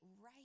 right